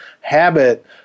habit